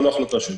זו לא החלטה שלי.